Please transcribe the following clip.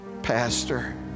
Pastor